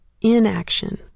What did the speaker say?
Inaction